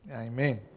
Amen